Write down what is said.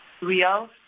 real